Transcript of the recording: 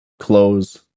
close